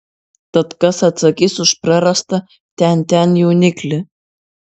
tad kas atsakys už prarastą tian tian jauniklį